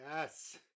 Yes